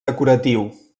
decoratiu